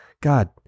god